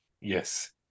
yes